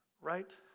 right